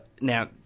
Now